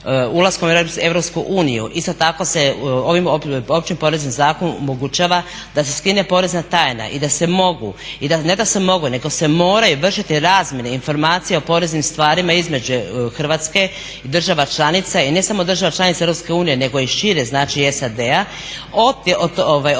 ulaskom u EU isto tako se ovim Općim poreznim zakonom omogućava da se skine porezna tajna i da se mogu ne da se mogu nego se moraju vršiti razmjene, informacije o poreznim stvarima između Hrvatske i država članica i ne samo država članica EU nego i šire znači SAD-a poreznim